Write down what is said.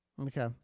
Okay